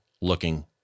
looking